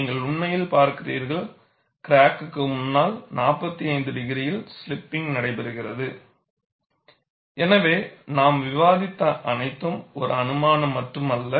நீங்கள் உண்மையில் பார்க்கிறீர்கள் கிராக்குக்கு முன்னால் 45 டிகிரியில் ஸ்லிப்பிங்க் நடைபெறுகிறது எனவே நாம் விவாதித்தவை அனைத்தும் ஒரு அனுமானம் மட்டுமல்ல